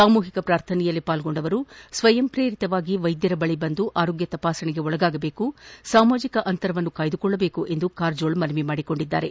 ಸಾಮೂಹಿಕ ಪ್ರಾರ್ಥನೆಯಲ್ಲಿ ಪಾಲ್ಗೊಂಡವರು ಸ್ವಯಂ ಪ್ರೇರಿತವಾಗಿ ವೈದ್ಯರ ಬಳಿ ಬಂದು ಆರೋಗ್ಯ ತಪಾಸಣೆಗೊಳಗಾಗಬೇಕು ಸಾಮಾಜಿಕ ಅಂತರವನ್ನು ಕಾಯ್ದುಕೊಳ್ಳಬೇಕು ಎಂದು ಕಾರಜೋಳ ಮನವಿ ಮಾಡಿಕೊಂಡಿದ್ದಾರೆ